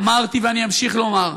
אמרתי ואני אמשיך לומר: